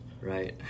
right